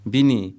Bini